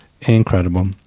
Incredible